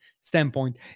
standpoint